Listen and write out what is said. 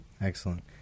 excellent